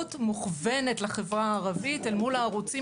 והדוברות מכוונות לחברה הערבית אל מול הערוצים